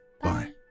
bye